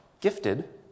gifted